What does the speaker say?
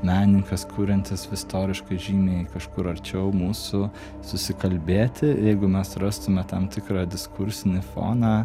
menininkas kuriantis istoriškai žymiai kažkur arčiau mūsų susikalbėti jeigu mes rastume tam tikra diskursinį foną